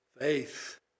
faith